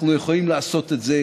אנחנו יכולים לעשות את זה